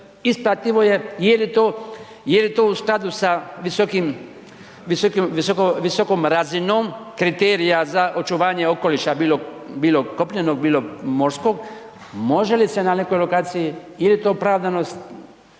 isplativo je, jeli to u skladu s visokom razinom kriterija za očuvanje okoliša bilo kopnenog, bilo morskog, može li se na nekoj lokaciji, jeli to opravdanost